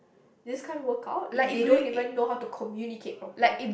this can't work out if they don't even know how to communicate properly